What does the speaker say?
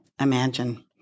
imagine